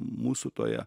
mūsų toje